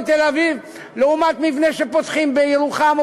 תל-אביב לעומת מבנה שפותחים בו סניף בירוחם,